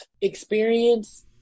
experience